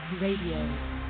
Radio